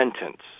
sentence